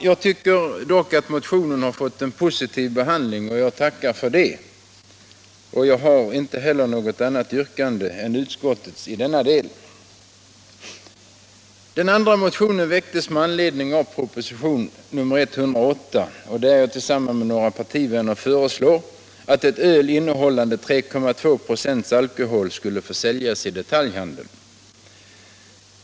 Jag tycker att motionen har fått en positiv behandling, och jag tackar för det. Jag har inte heller något annat yrkande än utskottets i denna del. Den andra motionen väcktes med anledning av proposition nr 108. Tillsammans med några partivänner har jag föreslagit att ett öl innehållande 3,2 96 alkohol skulle få säljas i detaljhandeln.